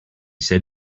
said